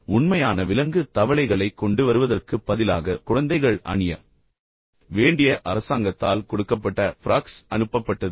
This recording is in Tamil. எனவே உண்மையான விலங்கு தவளைகளை கொண்டு வருவதற்குப் பதிலாக குழந்தைகள் அணிய வேண்டிய அரசாங்கத்தால் கொடுக்கப்பட்ட ஃப்ராக்ஸ் அனுப்பப்பட்டது